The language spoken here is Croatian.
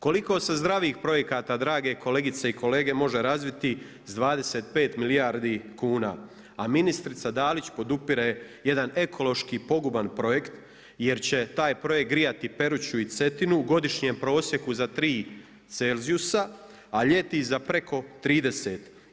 Koliko se zdravih projekata drage kolegice i kolege može razviti sa 25 milijardi kuna, a ministrica Dalić podupire jedan ekološki poguban projekt jer će taj projekt grijati Peruču i Cetinu u godišnjem prosjeku za 3 celzijusa, a ljeti za preko 30.